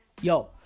yo